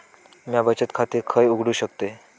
म्या बचत खाते खय उघडू शकतय?